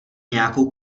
nějakou